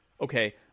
okay